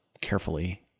carefully